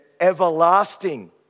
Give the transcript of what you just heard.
everlasting